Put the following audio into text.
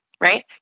right